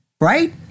Right